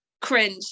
Cringe